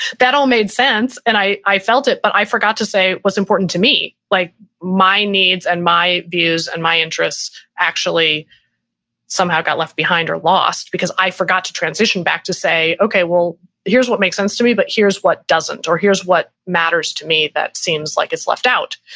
that all made sense. and i i felt it, but i forgot to say what's important to me, like my needs and my views and my interests actually somehow got left behind or lost, because i forgot to transition back to say, okay, well here's what makes sense to me, but here's what doesn't or here's what matters to me that seems like it's left out.